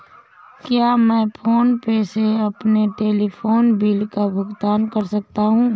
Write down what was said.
क्या मैं PhonePe से अपने टेलीफोन बिल का भुगतान कर सकता हूँ?